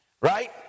Right